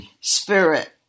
spirit